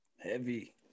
Heavy